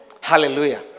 Hallelujah